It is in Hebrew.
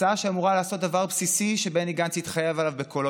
הצעה שאמורה לעשות דבר בסיסי שבני גנץ התחייב עליו בקולו